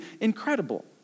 incredible